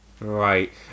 Right